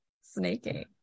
snaking